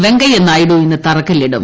വെങ്കയ്യനായിഡു ഇന്ന് തറക്കല്ലിടും